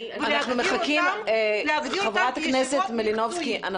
ולהגדיר אותן כישיבות עבודה מקצועיות.